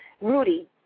Rudy